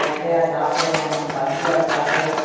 हैड जा दाग़ या भाजीअ जा दाग़